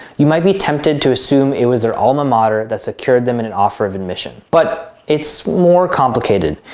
you might be tempted to assume it was their alma mater that's secured them in an offer of admission, but it's more complicated.